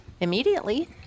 immediately